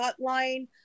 hotline